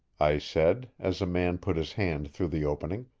i said, as a man put his hand through the opening.